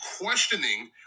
questioning